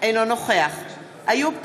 אינו נוכח איוב קרא,